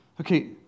Okay